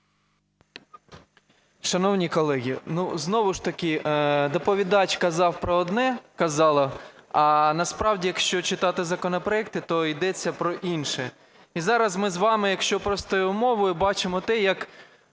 Шановні колеги, знову ж таки доповідач казала про одне, а насправді, якщо читати законопроект, то йдеться про інше. І зараз ми з вами, якщо простою мовою, бачимо те, як